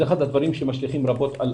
כאשר זה אחד הדברים שמשליכים רבות על